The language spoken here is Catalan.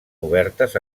obertes